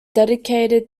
dedicated